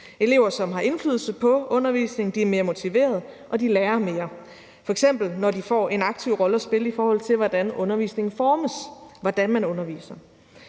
Elever, som har indflydelse på undervisningen, er mere motiverede og lærer mere, f.eks. når de får en aktiv rolle at spille, i forhold til hvordan undervisningen udformes, og hvordan man underviser.